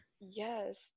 yes